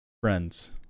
friends